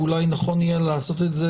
ואולי נכון יהיה לעשות את זה,